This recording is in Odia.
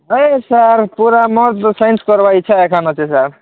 ନାଇଁ ସାର୍ ପୁରା ମୋର୍ ତ ସାଇନ୍ସ ପଢ଼ବାକୁ ଇଛା ଏକା ଅଛି ସାର୍